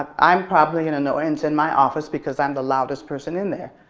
i'm probably an annoyance in my office because i'm the loudest person in there,